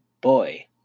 boy